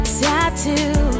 tattoo